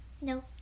No